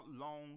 long